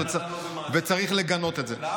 וצריך לגנות את זה.